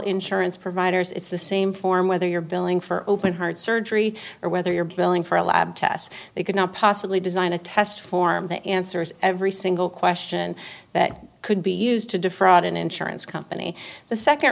insurance providers it's the same form whether you're billing for open heart surgery or whether you're billing for a lab test they could not possibly design a test form the answers every single question that could be used to defraud an insurance company the second